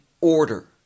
order